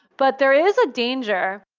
but there is a danger.